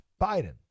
Biden